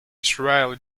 israeli